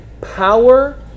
power